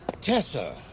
Tessa